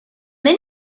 then